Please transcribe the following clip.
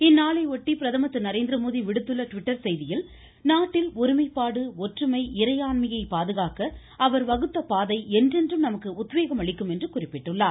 இந்நாளையொட்டி பிரதமர் திரு நரேந்திரமோடி விடுத்துள்ள ட்விட்டர் செய்தியில் நாட்டில் ஒருமைப்பாடு ஒற்றுமை இறையாண்மையை பாதுகாக்க அவர் வகுத்த பாதை என்றென்றும் நமக்கு உத்வேகம் அளிக்கும் என்று குறிப்பிட்டுள்ளார்